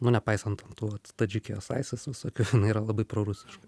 nu nepaisant tų vat tadžikijos laisvės visokių jinai yra labai prorusiška